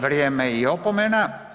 Vrijeme i opomena.